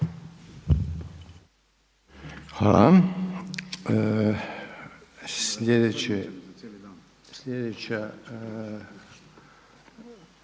Hvala.